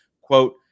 quote